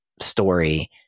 story